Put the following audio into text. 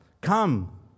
come